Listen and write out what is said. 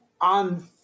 on